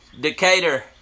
Decatur